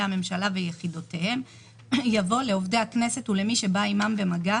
הממשלה ויחידותיהם יבוא: לעובדי הכנסת ולמי שבא עימם במגע